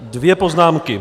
Dvě poznámky.